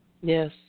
Yes